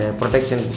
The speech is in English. protection